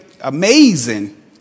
amazing